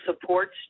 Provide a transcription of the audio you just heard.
supports